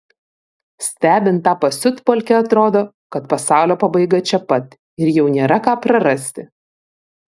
stebint tą pasiutpolkę atrodo kad pasaulio pabaiga čia pat ir jau nėra ką prarasti